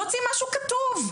להוציא משהו כתוב,